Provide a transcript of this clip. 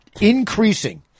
increasing